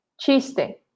chiste